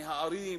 מהערים,